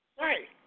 Right